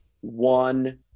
one